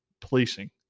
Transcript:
policing